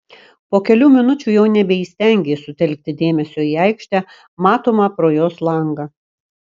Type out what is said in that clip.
po kelių minučių jau nebeįstengė sutelkti dėmesio į aikštę matomą pro jos langą